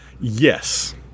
Yes